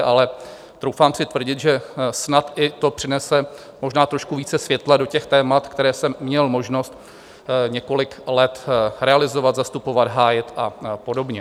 Ale troufám si tvrdit, že snad i to přinese možná trošku více světla do těch témat, která jsem měl možnost několik let realizovat, zastupovat, hájit a podobně.